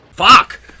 Fuck